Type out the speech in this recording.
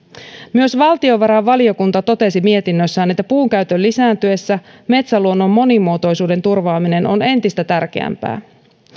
myös valtiovarainvaliokunta totesi mietinnössään että puun käytön lisääntyessä metsäluonnon monimuotoisuuden turvaaminen on entistä tärkeämpää